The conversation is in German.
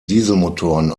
dieselmotoren